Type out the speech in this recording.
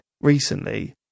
recently